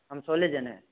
हम सोलह जने हैं